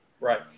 Right